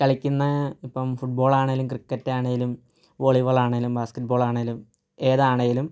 കളിക്കുന്നത് ഇപ്പം ഫുട്ബോൾ ആണെങ്കിലും ക്രിക്കറ്റ് ആണെങ്കിലും വോളിബോൾ ആണെങ്കിലും ബാസ്കറ്റ്ബോൾ ആണെങ്കിലും ഏതാണെങ്കിലും